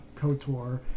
KOTOR